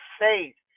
faith